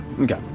Okay